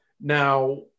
Now